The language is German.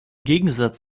gegensatz